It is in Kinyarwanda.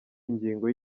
ingingo